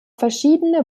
verschiedene